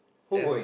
then